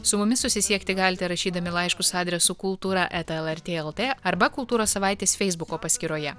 su mumis susisiekti galite rašydami laiškus adresu kultūra eta lrt lt arba kultūros savaitės feisbuko paskyroje